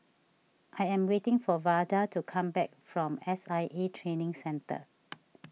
I am waiting for Vada to come back from S I A Training Centre